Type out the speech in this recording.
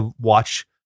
watch